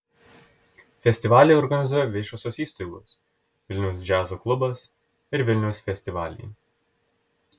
festivalį organizuoja viešosios įstaigos vilniaus džiazo klubas ir vilniaus festivaliai